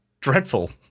dreadful